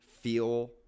feel